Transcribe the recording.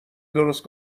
درست